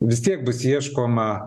vis tiek bus ieškoma